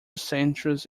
centres